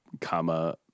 comma